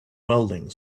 welding